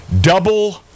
Double